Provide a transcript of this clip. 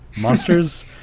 monsters